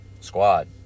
squad